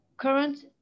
Current